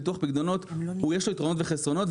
לביטוח פקדונות יש יתרונות וחסרונות.